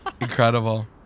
Incredible